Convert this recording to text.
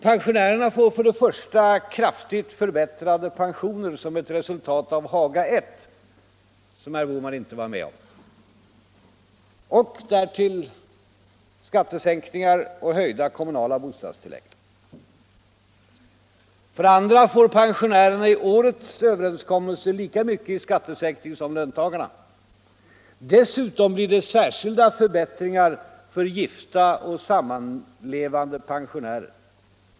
Pensionärerna får för det första kraftigt förbättrade pensioner som ett resultat av Haga I, som herr Bohman inte var med om, därtill skattesänkningar och höjda kommunala bostadstillägg. För det andra får pensionärerna i årets överenskommelse lika mycket i skattesänkning som löntagarna. Dessutom blir det särskilda förbättringar för gifta och sammanlevande pensionärer.